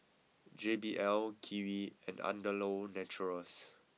J B L Kiwi and Andalou Naturals